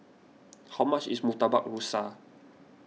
how much is Murtabak Rusa